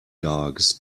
dogs